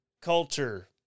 culture